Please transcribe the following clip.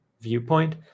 viewpoint